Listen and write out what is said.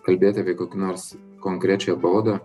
kalbėti apie kokį nors konkrečią baudą